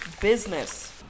business